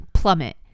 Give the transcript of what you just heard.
plummet